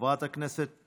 חברת הכנסת